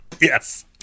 Yes